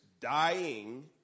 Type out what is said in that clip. Dying